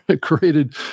created